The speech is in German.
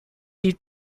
lied